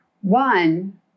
One